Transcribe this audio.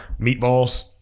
Meatballs